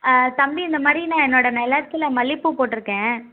தம்பி இந்த மாதிரி நான் என்னோடய நிலத்துல மல்லிகைப்பூ போட்டிருக்கேன்